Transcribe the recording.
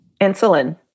Insulin